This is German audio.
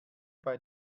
bei